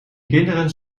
kinderen